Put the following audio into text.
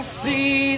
see